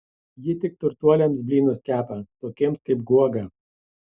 ji tik turtuoliams blynus kepa tokiems kaip guoga